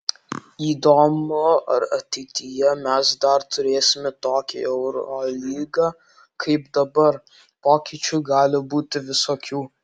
įdomu ar ateityje mes dar turėsime tokią eurolygą kaip dabar pokyčių gali būti visokių